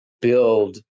build